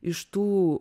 iš tų